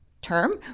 term